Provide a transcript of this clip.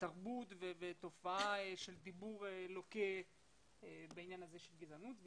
תרבות ותופעה של דיבור לוקה בעניין הזה של גזענות,